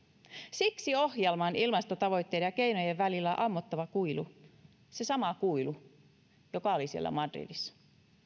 siksi ohjelman ilmastotavoitteiden ja keinojen välillä on ammottava kuilu se sama kuilu joka oli siellä madridissa